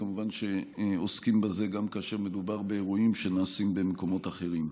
כמובן שעוסקים בזה גם כאשר מדובר באירועים שנעשים במקומות אחרים.